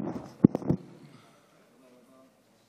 תודה רבה.